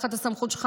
תחת הסמכות שלך,